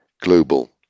global